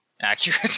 accurate